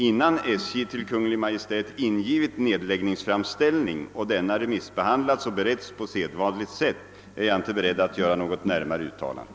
Innan SJ till Kungl. Maj:t ingivit nedläggningsframställning och denna remissbehandlats och beretts på sedvanligt sätt, är jag inte beredd att göra något närmare uttalande.